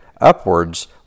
upwards